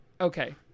Okay